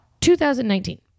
2019